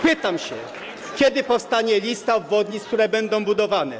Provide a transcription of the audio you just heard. Pytam się: Kiedy powstanie lista obwodnic, które będą budowane?